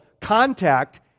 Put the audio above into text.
contact